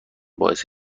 باعث